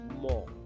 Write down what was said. more